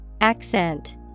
Accent